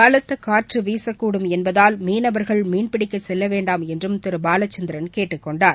பலத்தகாற்றுவீசக்கூடும் என்பதால் மீனவர்கள் மீன்பிடிக்கசெல்லவேண்டாம் என்றும் திருபாலச்சந்திரன் கேட்டுக்கொண்டார்